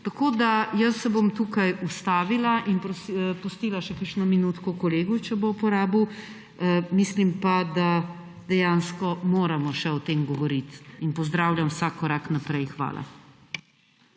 Tukaj se bom ustavila in pustila še kakšno minutko kolegu, če jo bo uporabil. Mislim pa, da dejansko moramo o tem še govoriti, in pozdravljam vsak korak naprej. Hvala.